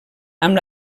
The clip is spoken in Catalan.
amb